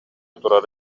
турар